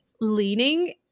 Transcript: leaning –